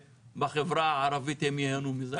בחברה הערבית הם ייהנו מזה?